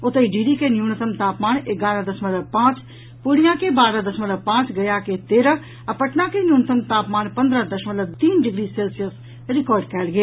ओतहि डिहरी के न्यूनतम तापमान एगारह दशमवल पांच पूर्णियां के बारह दशमलव पांच गया के तेरह आ पटना के न्यूनतम तापमान पन्द्रह दशमलव तीन डिग्री सेल्सियस रिकॉर्ड कयल गेल